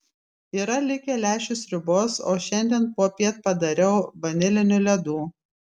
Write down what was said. yra likę lęšių sriubos o šiandien popiet padariau vanilinių ledų